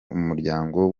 umuryango